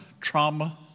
trauma